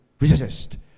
resist